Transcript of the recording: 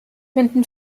wenden